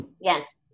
Yes